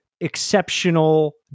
exceptional